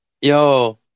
Yo